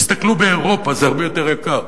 תסתכלו באירופה זה הרבה יותר יקר.